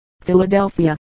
Philadelphia